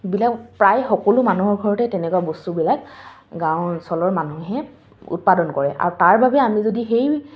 বিলাক প্ৰায় সকলো মানুহৰ ঘৰতে তেনেকুৱা বস্তুবিলাক গাঁও অঞ্চলৰ মানুহে উৎপাদন কৰে আৰু তাৰ বাবে আমি যদি সেই